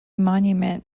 monument